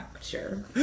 sure